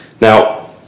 Now